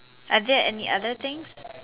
are there any other things